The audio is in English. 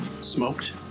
smoked